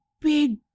big